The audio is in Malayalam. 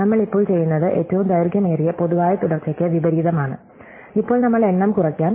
നമ്മൾ ഇപ്പോൾ ചെയ്യുന്നത് ഏറ്റവും ദൈർഘ്യമേറിയ പൊതുവായ തുടർച്ചയ്ക്ക് വിപരീതമാണ് ഇപ്പോൾ നമ്മൾ എണ്ണം കുറയ്ക്കാൻ